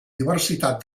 diversitat